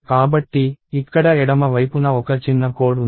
కాబట్టి ఇక్కడ ఎడమ వైపున ఒక చిన్న కోడ్ ఉంది